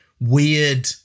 weird